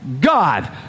God